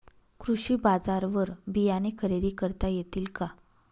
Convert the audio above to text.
कृषी बाजारवर बियाणे खरेदी करता येतील का?